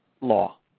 law